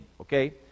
okay